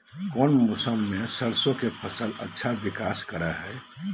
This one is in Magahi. कौन मौसम मैं सरसों के फसल अच्छा विकास करो हय?